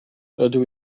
rydw